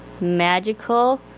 magical